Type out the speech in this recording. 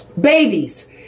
Babies